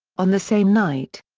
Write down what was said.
on the same night.